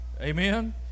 Amen